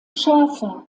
schafe